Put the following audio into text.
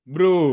Bro